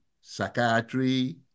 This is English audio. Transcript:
psychiatry